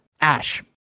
Ash